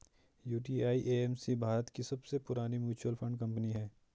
UTI AMC Bharat की सबसे पुरानी म्यूचुअल फंड कंपनी है